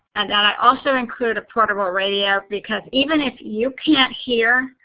and then i also include a portable radio because even if you can't hear,